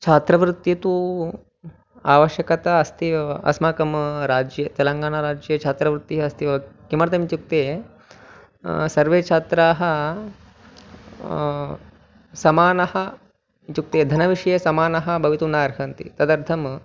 छात्रवृत्तिः तु आवश्यकता अस्ति एव अस्माकं राज्ये तेलङ्गानाराज्ये छात्रवृत्तिः अस्ति किमर्थम् इत्युक्ते सर्वे छात्राः समानाः इत्युक्ते धनविषये समानाः भवितुं न अर्हन्ति तदर्थं